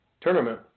tournament